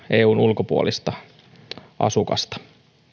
eun ulkopuolista asukasta